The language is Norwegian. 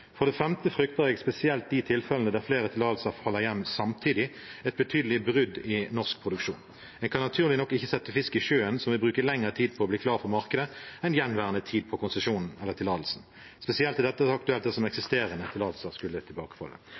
For det femte frykter jeg, spesielt i de tilfellene der flere tillatelser hjemfaller samtidig, et betydelig brudd i norsk produksjon. Man kan naturlig nok ikke sette fisk i sjøen som vil bruke lengre tid på å bli klar for markedet enn gjenværende tid på konsesjonen eller tillatelsen. Spesielt er dette aktuelt dersom eksisterende tillatelser skulle